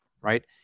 right